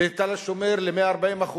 בתל-השומר, ל-140%,